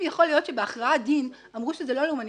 אם יכול להיות שבהכרעת דין אמרו שזה לא לאומני